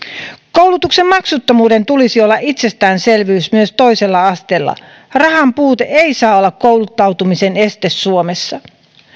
koulutuksen maksuttomuuden tulisi olla itsestäänselvyys myös toisella asteella rahan puute ei saa olla kouluttautumisen este suomessa